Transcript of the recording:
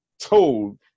told